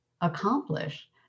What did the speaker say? accomplish